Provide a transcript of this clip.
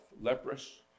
leprous